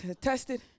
tested